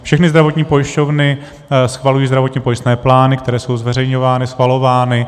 Všechny zdravotní pojišťovny schvalují zdravotně pojistné, plány, které jsou zveřejňovány, schvalovány.